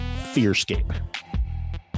FEARSCAPE